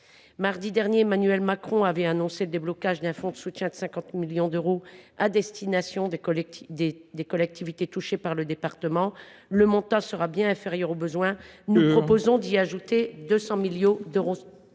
Lundi dernier, Emmanuel Macron a annoncé le déblocage d’un fonds de soutien de 50 millions d’euros à destination des collectivités touchées dans le département. Le montant sera bien inférieur aux besoins : nous proposons d’y ajouter 200 millions d’euros.